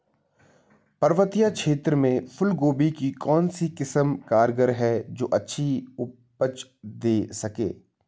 पर्वतीय क्षेत्रों में फूल गोभी की कौन सी किस्म कारगर है जो अच्छी उपज दें सके?